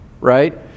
right